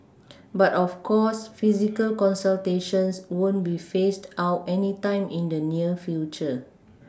but of course physical consultations won't be phased out anytime in the near future